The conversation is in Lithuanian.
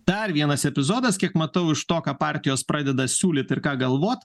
dar vienas epizodas kiek matau iš to ką partijos pradeda siūlyt ir ką galvot